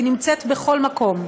היא נמצאת בכל מקום,